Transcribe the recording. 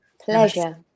pleasure